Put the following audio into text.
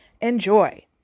Enjoy